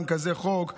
גם כזה חוק מוצדק,